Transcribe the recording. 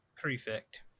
Prefect